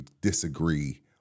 disagree